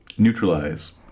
Neutralize